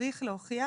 צריך להוכיח